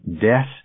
Death